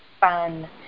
fun